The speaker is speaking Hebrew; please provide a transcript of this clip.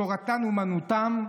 תורתן אומנותן,